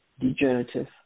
degenerative